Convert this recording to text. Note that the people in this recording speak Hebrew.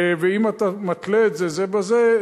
ואם אתה מתלה את זה זה בזה,